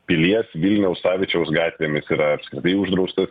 pilies vilniaus savičiaus gatvėmis yra apskritai uždraustas